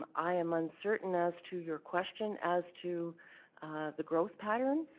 um i am uncertain as to your question as to the growth pattern.